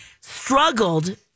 struggled